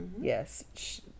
yes